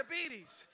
diabetes